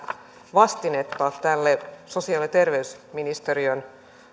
vastineen tähän sosiaali ja terveysministeriön